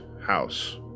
house